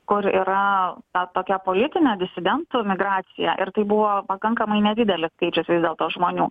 kur yra ta tokia politinė disidentų imigracija ir tai buvo pakankamai nedidelis skaičius vis dėlto žmonių